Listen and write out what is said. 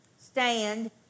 stand